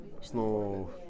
Snow